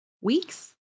Weeks